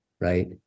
right